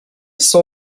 saw